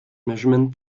measurement